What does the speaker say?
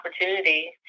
opportunity